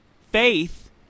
faith